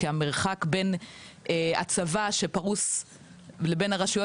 כי המרחק בין הצבא שפרוס לבין הרשויות